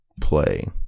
play